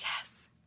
Yes